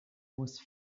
was